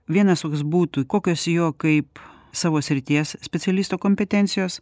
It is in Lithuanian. vienas toks būtų kokios jo kaip savo srities specialisto kompetencijos